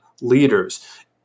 leaders